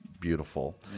beautiful